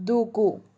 దూకు